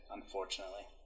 unfortunately